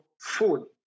food